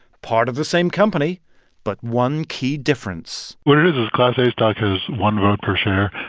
part of the same company but one key difference what it is is class a stock has one vote per share.